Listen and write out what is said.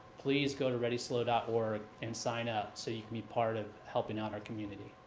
please go to readyslo dot org and sign up so you can be part of helping out our community.